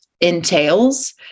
entails